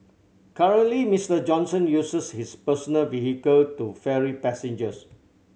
currently Mister Johnson uses his personal vehicle to ferry passengers